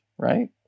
Right